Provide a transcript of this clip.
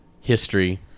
history